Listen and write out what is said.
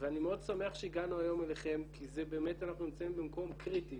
ואני מאוד שמח שהגענו היום אליכם כי אנחנו באמת נמצאים במקום קריטי